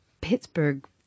Pittsburgh